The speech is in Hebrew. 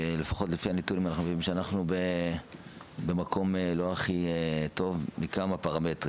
לפחות לפי הנתונים אנחנו רואים שאנחנו במקום לא הכי טוב מכמה פרמטרים.